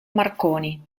marconi